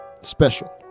Special